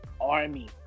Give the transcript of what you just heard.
army